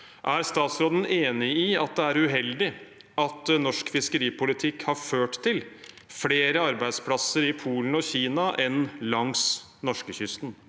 Er statsråden enig i at det er uheldig at norsk fiskeripolitikk har ført til flere arbeidsplasser i Polen og Kina enn langs norskekysten?